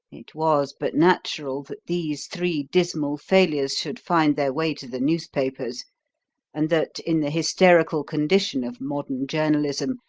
it was but natural that these three dismal failures should find their way to the newspapers and that, in the hysterical condition of modern journalism,